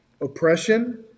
Oppression